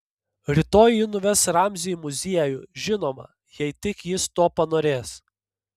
rytoj ji nuves ramzį į muziejų žinoma jei tik jis to panorės